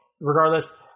Regardless